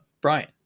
Brian